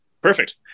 perfect